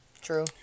True